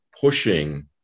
pushing